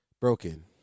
broken